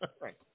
Right